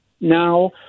now